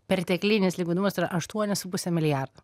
perteklinis likvidumas yra aštuoni su puse milijardo